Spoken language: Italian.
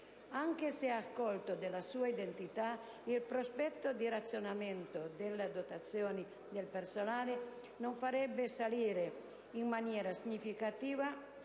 Anche se accolto nella sua integrità, il prospetto di rafforzamento delle dotazioni del personale non farebbe salire in maniera significativa